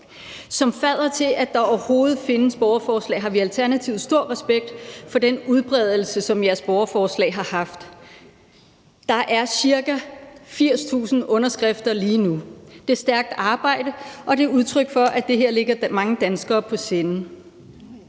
Som faddere til, at der overhovedet findes borgerforslag, har vi i Alternativet stor respekt for den udbredelse, som jeres borgerforslag har haft. Der er ca. 80.000 underskrifter lige nu. Det er stærkt arbejde, og det er udtryk for, at det her ligger mange danskere på sinde.